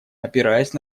опираясь